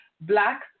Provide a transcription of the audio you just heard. black